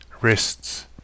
Wrists